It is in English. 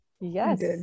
Yes